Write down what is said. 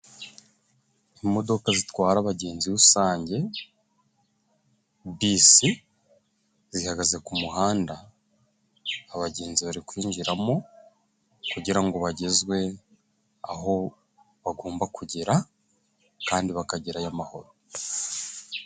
Imodoka zitwara abagenzi rusange bisi zihagaze ku muhanda, abagenzi bari kwinjiramo kugira ngo bagezwe aho bagomba kugera, kandi bakagirayo amahoro.